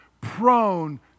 prone